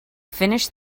finish